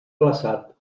glaçat